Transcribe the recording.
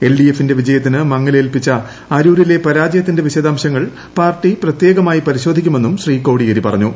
L D എഫിന്റെ വിജയത്തിന് മങ്ങലേൽപിച്ച അരൂരിലെ പരാജയത്തിന്റെ വിശദാംശങ്ങൾ പാർട്ടി പ്രത്യേകമായി പരിശോധിക്കുമെന്നും ശ്രീ കോടിയേരി പറഞ്ഞു